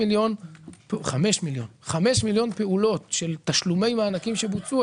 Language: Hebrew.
5 מיליון פעולות של תשלומי מענקים שבוצעו,